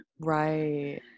right